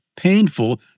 painful